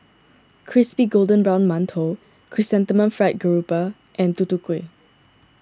Crispy Golden Brown Mantou Chrysanthemum Fried Garoupa and Tutu Kueh